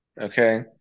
Okay